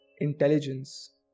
intelligence